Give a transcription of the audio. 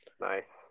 nice